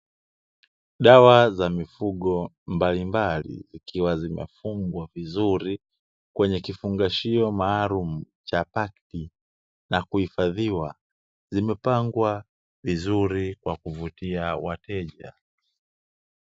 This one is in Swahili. Dawa za mifugo mbalimbali zikiwa zimefungwa vizuri kwenye kifungashio maalumu cha pakti na kuhifadhiwa. Zimepangwa vizuri kwa kuvutia wateja.